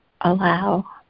allow